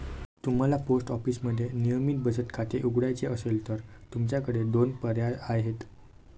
तुम्हाला पोस्ट ऑफिसमध्ये नियमित बचत खाते उघडायचे असेल तर तुमच्याकडे दोन पर्याय आहेत